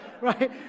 right